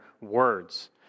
words